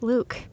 Luke